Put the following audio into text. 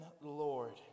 Lord